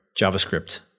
JavaScript